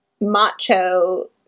macho